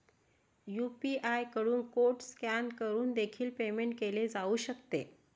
UPI कडून code scan करून देखील पेमेंट केले जाऊ शकते